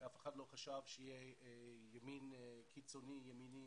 אף אחד לא חשב שיהיה ימין קיצוני ימני